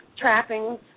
trappings